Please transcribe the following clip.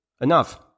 enough